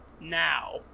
now